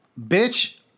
bitch